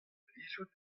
plijout